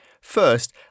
First